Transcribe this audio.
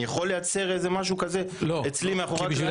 אני יכול לייצר איזה משהו כזה אצלי מאחורי הקלעים?